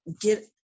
get